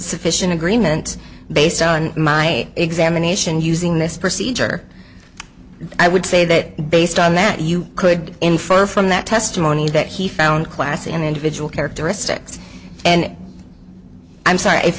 sufficient agreement based on my examination using this procedure i would say that based on that you could infer from that testimony that he found class in the individual characteristics and i'm sorry if